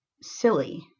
silly